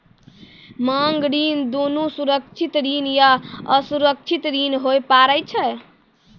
मांग ऋण दुनू सुरक्षित ऋण या असुरक्षित ऋण होय पारै छै